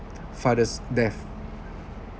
father's death